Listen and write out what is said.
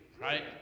right